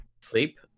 sleep